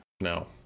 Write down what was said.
no